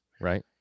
Right